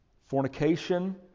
fornication